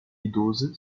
idoso